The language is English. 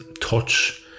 touch